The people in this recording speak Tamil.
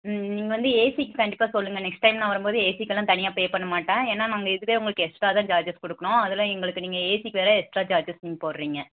ம் நீங்கள் வந்து ஏசிக்கு கண்டிப்பாக சொல்லுங்கள் நெக்ஸ்ட் டைம் நான் வரும்போது ஏசிக்கெல்லாம் தனியாக பே பண்ண மாட்டேன் ஏன்னா நாங்கள் இதுவே உங்களுக்கு எக்ஸ்ட்ரா தான் சார்ஜஸ் குடுக்கணும் அதில் எங்களுக்கு நீங்கள் ஏசிக்கு வேறு எக்ஸ்ட்ரா சார்ஜஸ் நீங்கள் போடுறிங்க